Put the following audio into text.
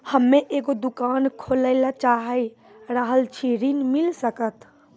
हम्मे एगो दुकान खोले ला चाही रहल छी ऋण मिल सकत?